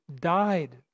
died